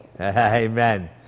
Amen